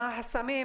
מה החסמים?